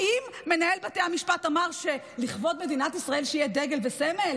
האם מנהל בתי המשפט אמר שלכבוד מדינת ישראל שיהיה דגל וסמל?